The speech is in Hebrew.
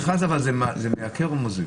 אבל מכרז מייקר או מוזיל?